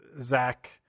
Zach